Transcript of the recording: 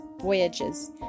Voyages